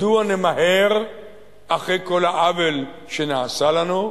מדוע נמהר אחרי כל העוול שנעשה לנו?